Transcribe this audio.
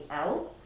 else